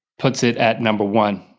puts it at number one.